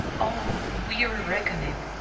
o weary reckoning!